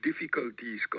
Difficulties